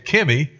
Kimmy